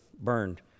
burned